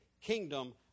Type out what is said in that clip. kingdom